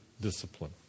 discipline